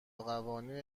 قوانین